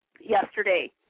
yesterday